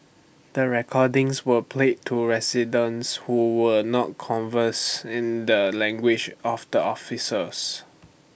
the recordings were played to residents who were not converse in the language of the officers